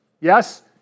Yes